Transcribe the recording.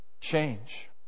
Change